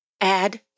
Add